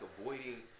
avoiding